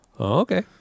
okay